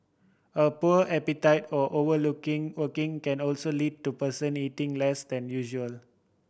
a poor appetite or overlooking working can also lead to person eating less than usual